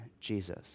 Jesus